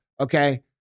Okay